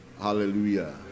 hallelujah